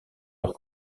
leur